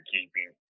keeping